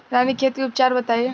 रानीखेत के उपचार बताई?